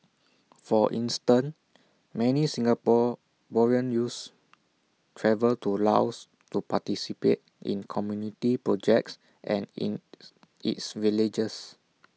for instance many Singaporean youths travel to Laos to participate in community projects an in its villages